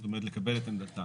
זאת אומרת, לקבל את עמדתם.